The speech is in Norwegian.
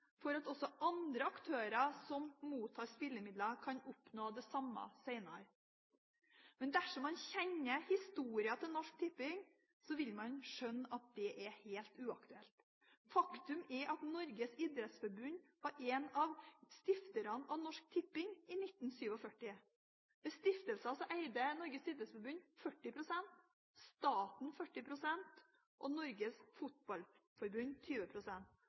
for at også andre aktører som mottar spillemidler, kan oppnå det samme senere. Dersom man kjenner historien til Norsk Tipping, vil man skjønne at det er helt uaktuelt. Faktum er at Norges idrettsforbund var en av stifterne av Norsk Tipping i 1947. Ved stiftelsen eide Norges idrettsforbund 40 pst., staten 40 pst. og Norges Fotballforbund